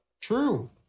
True